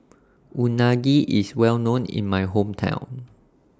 Unagi IS Well known in My Hometown